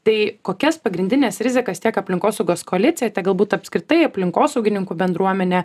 tai kokias pagrindines rizikas tiek aplinkosaugos koalicija tiek galbūt apskritai aplinkosaugininkų bendruomenė